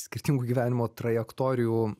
skirtingų gyvenimo trajektorijų